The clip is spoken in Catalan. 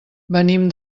venim